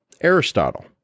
Aristotle